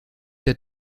der